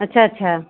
अच्छा अच्छा